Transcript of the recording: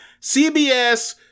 CBS